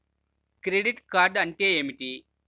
Credit card అంటే ఏమిటి?